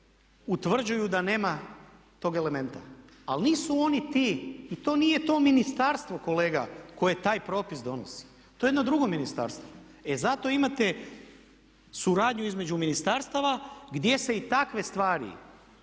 utvrđuju da nema tog elementa. Ali nisu oni ti i to nije to ministarstvo kolega koje taj propis donosi. To je jedno drugo ministarstvo. E zato imate suradnju između ministarstava gdje se i takve stvari